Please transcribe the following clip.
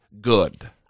good